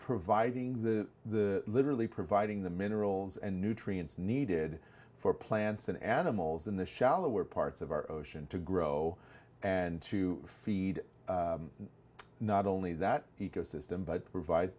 providing the the literally providing the minerals and nutrients needed for plants and animals in the shallower parts of our ocean to grow and to feed not only that ecosystem but provide